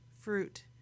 fruit